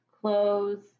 clothes